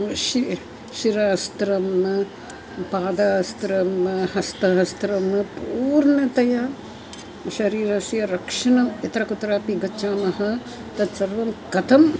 शि शिरवस्त्रं पादवस्त्रं हस्तवस्त्रं पूर्णतया शरीरस्य रक्षणं यत्र कुत्रापि गच्छामः तत्सर्वं कथम्